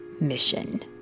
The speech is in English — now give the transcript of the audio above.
mission